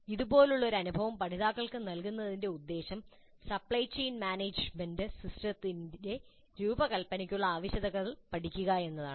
ഇതുപോലുള്ള ഒരു അനുഭവം പഠിതാക്കൾക്ക് നൽകുന്നതിന്റെ ഉദ്ദേശ്യം സപ്ലൈ ചെയിൻ മാനേജുമെന്റ് സിസ്റ്റത്തിന്റെ രൂപകൽപ്പനയ്ക്കുള്ള ആവശ്യകതകൾ പഠിക്കുക എന്നതാണ്